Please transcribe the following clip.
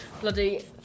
Bloody